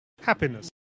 happiness